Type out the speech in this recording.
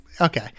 Okay